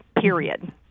period